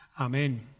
Amen